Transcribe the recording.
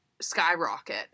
skyrocket